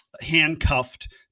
handcuffed